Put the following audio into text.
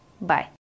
bye